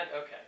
okay